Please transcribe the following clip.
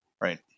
Right